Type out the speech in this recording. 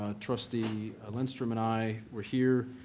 ah trustee lindstrom and i were here.